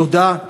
תודה.